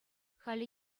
халӗ